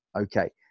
Okay